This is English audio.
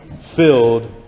filled